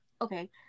okay